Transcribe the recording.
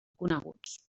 coneguts